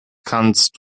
kannst